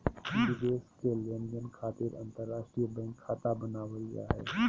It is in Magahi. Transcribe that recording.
विदेश के लेनदेन खातिर अंतर्राष्ट्रीय बैंक खाता बनावल जा हय